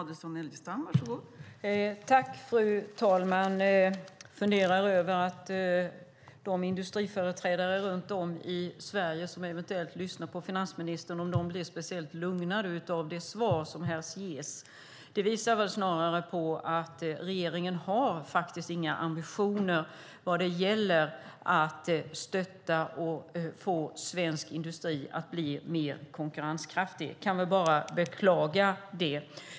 Fru talman! Jag funderar över om de industriföreträdare runt om i Sverige som eventuellt lyssnar på finansministern blir speciellt lugna av det svar som här ges. Det visar snarare på att regeringen faktiskt inte har några ambitioner vad det gäller att stötta svensk industri och få den att bli mer konkurrenskraftig. Jag kan bara beklaga det.